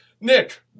Nick